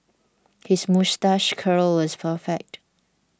his moustache curl is perfect